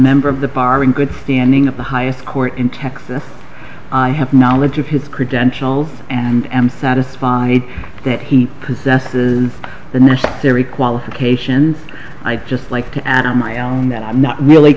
member of the bar in good standing of the highest court in texas i have knowledge of his credentials and am satisfied that he possesses the necessary qualifications i'd just like to add my own that i'm not really